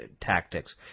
tactics